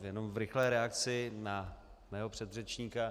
Jenom v rychlé reakci na mého předřečníka.